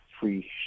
free